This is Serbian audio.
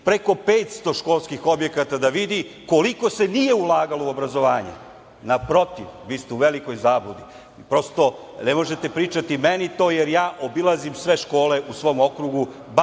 preko 500 školskih objekata da vidi koliko se nije ulagalo u obrazovanje. Naprotiv, vi ste u velikoj zabludi. Prosto, ne možete pričati meni to jer ja obilazim sve škole u svom okrugu